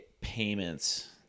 payments